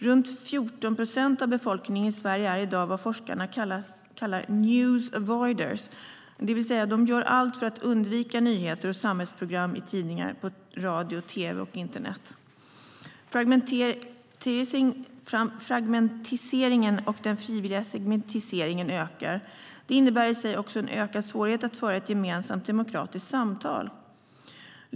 Runt 14 procent av befolkningen i Sverige är i dag vad forskarna kallar news avoiders, det vill säga de gör allt för att undvika nyheter och samhällsprogram i tidningar, på radio, tv och internet. Fragmentiseringen och den frivilliga segmentiseringen ökar. Det innebär i sig också en ökad svårighet att föra ett gemensamt demokratiskt samtal.